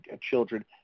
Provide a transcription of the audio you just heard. children